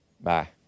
Bye